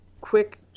quick